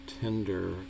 tender